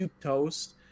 toast